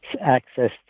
access